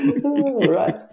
Right